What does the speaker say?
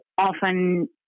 often